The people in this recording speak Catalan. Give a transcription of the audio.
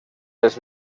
les